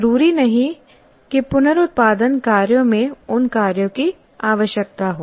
जरूरी नहीं कि पुनरुत्पादन कार्यों में उन कार्यों की आवश्यकता हो